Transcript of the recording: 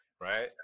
right